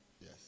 Yes